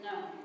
No